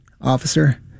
Officer